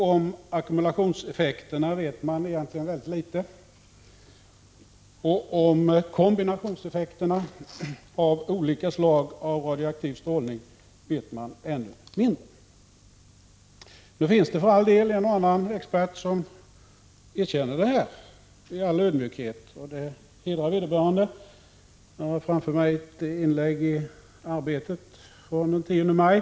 Om ackumulationseffekterna vet man egentligen mycket litet, och om kombinationseffekterna av olika slag av radioaktiv strålning vet man ännu mindre. Nu finns det för all del en och annan expert som erkänner detta i all ödmjukhet, och det hedrar vederbörande. Jag har framför mig ett inlägg i Arbetet från den 10 maj.